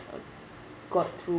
uh got through